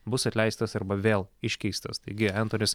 bus atleistas arba vėl iškeistas taigi entonis